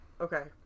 Okay